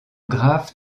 graves